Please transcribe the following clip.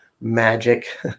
magic